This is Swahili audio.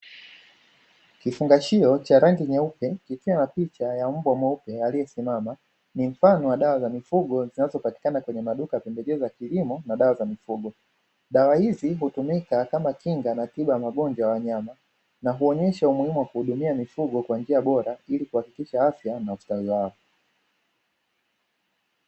Kifungashio cha rangi nyeupe kikiwa na picha ya mbwa mweupe, aliyesimama ni mfano wa dawa za mifugo zinazopatikana kwenye maduka ya pembejeo za kilimo na dawa za mifugo. Dawa hizi hutumika kama kinga na tiba ya magonjwa ya wanyama na huonyesha umuhimu wa kuhudumia mifugo kwa njia bora ili kuhakikisha afya na ustawi wao.